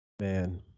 Man